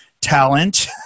talent